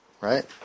right